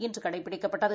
இன்று கடைபிடிக்கப்பட்டது